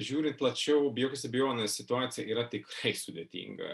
žiūrint plačiau be jokios abejonės situacija yra tikrai sudėtinga